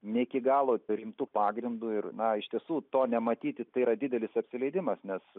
negi galo rimtu pagrindu ir na iš tiesų to nematyti tai yra didelis apsileidimas nes